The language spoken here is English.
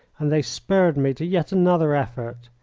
and they spurred me to yet another effort.